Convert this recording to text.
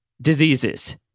diseases